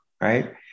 right